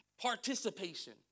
Participation